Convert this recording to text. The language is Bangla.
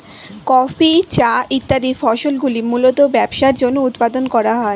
কফি, চা ইত্যাদি ফসলগুলি মূলতঃ ব্যবসার জন্য উৎপাদন করা হয়